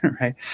right